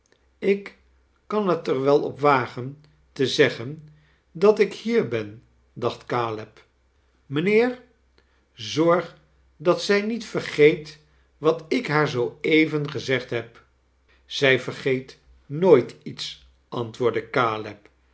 ik kan het er wel op wagen te zeggen dat ik hier ben daoht caleb mijnheer i zorg dat zij ndet vergeet wat ik haar zoo even gezegd heb zij vergeet noodt iets antwoordde